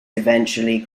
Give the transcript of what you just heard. eventually